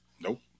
Nope